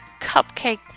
cupcake